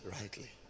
rightly